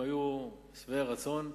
הם היו שבעי רצון.